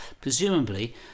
presumably